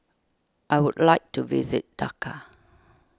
I would like to visit Dhaka